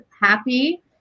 happy